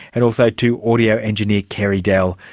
and also to audio engineer carey dell.